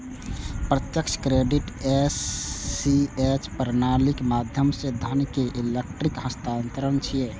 प्रत्यक्ष credit ACH प्रणालीक माध्यम सं धन के इलेक्ट्रिक हस्तांतरण छियै